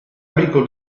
amico